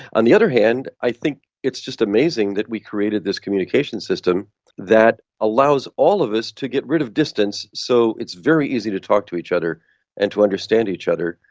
on the other hand i think it's just amazing that we created this communication system that allows all of us to get rid of distance so it's very easy to talk to each other and to understand each other,